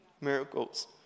miracles